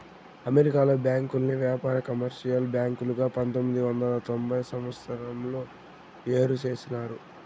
అమెరికాలో బ్యాంకుల్ని వ్యాపార, కమర్షియల్ బ్యాంకులుగా పంతొమ్మిది వందల తొంభై తొమ్మిదవ సంవచ్చరంలో ఏరు చేసినారు